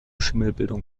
schimmelbildung